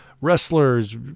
wrestlers